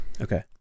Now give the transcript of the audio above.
Okay